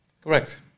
Correct